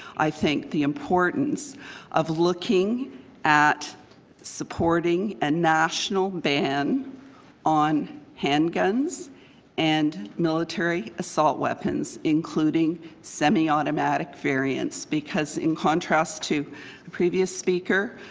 i think, the importance of looking at supporting a national ban on handguns and military assault weapons including semiautomatic variance because in contrast to previous speaker,